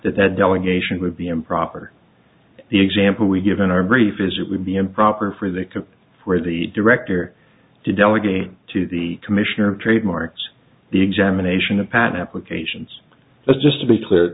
that delegation would be improper the example we give in our brief is it would be improper for the for the director to delegate to the commissioner trademarks the examination of patent applications but just to be clear